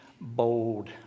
bold